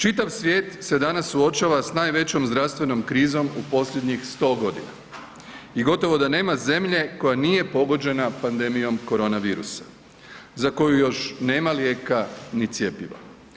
Čitav svijet se danas suočava s najvećom zdravstvenom krizom u posljednjih 100 godina i gotovo da nema zemlje koja nije pogođena pandemijom koronavirusa za koju još nema lijeka ni cjepiva.